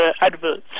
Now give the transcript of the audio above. adverts